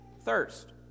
thirst